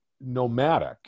nomadic